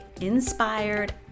inspired